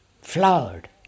flowered